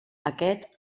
aquest